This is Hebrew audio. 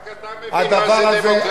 רק אתה מבין מה זאת דמוקרטיה,